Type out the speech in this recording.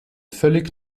völlig